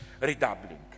redoubling